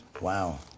Wow